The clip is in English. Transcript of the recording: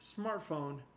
smartphone